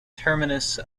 terminus